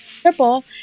triple